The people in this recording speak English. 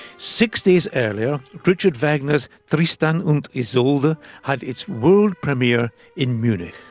six days earlier, richard wagner's tristan und isolde had its world premiere in munich.